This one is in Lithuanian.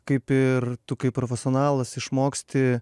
kaip ir tu kaip profesionalas išmoksti